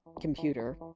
computer